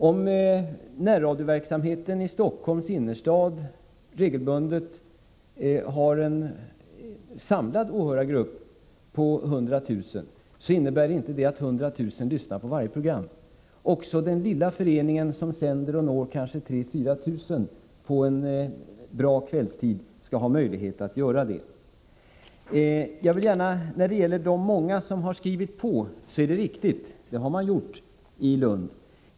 Om närradioverksamheten i Stockholms innerstad regelbundet har en samlad åhörargrupp på 100 000, så innebär inte det att 100 000 personer lyssnar på varje program. Också den lilla föreningen, som når kanske 3 000 å 4 000 lyssnare på en bra kvällstid, skall ha möjlighet att sända. Det är riktigt att många har skrivit på uppropet för Radio P4.